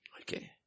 Okay